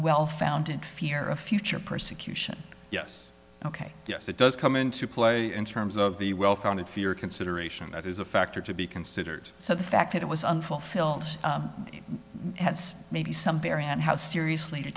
well founded fear of future persecution yes ok yes it does come into play in terms of the well founded fear consideration that is a factor to be considered so the fact that it was unfulfilled has maybe some bearing on how seriously